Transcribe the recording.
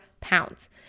pounds